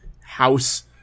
house